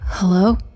Hello